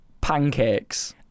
Pancakes